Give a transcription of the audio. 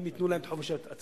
אם ייתנו להם חופש הצבעה,